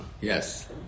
Yes